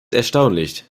erstaunlich